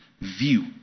View